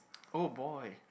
oh boy